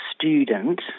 student